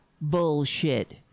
bullshit